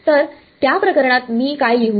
तर त्या प्रकरणात मी काय लिहू